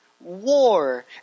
war